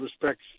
respects